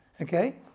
okay